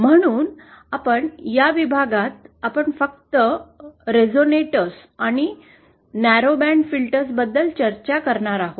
म्हणून आपण या विभागात आपण फक्त रेसोनेटर्स आणि अरुंद बँड फिल्टर्स बद्दल चर्चा करणार आहोत